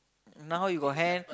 now you got hand